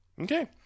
Okay